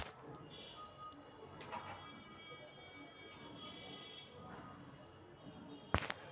भारत में हरित क्रांति के शुरुआत लगभग छप्पन वर्ष पहीले होलय हल